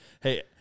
Hey